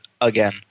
again